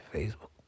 Facebook